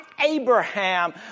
Abraham